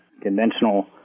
conventional